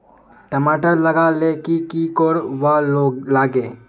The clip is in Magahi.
टमाटर लगा ले की की कोर वा लागे?